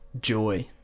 joy